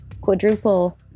quadruple